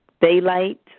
daylight